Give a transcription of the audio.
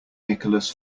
nicholas